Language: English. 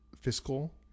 fiscal